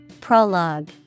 prologue